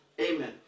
Amen